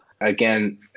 again